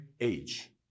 age